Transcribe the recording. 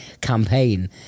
campaign